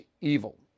evil